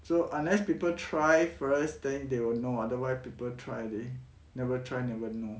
so unless people try first then they will know otherwise people try they never try never know